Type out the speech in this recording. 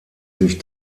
sich